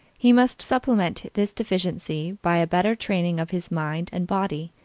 he must supplement this deficiency by a better training of his mind and body.